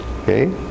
okay